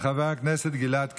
של חבר הכנסת גלעד קריב.